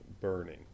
burning